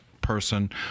person